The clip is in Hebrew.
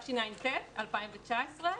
2019,